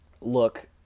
look